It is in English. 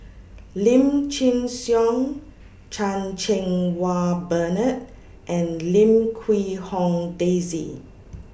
Lim Chin Siong Chan Cheng Wah Bernard and Lim Quee Hong Daisy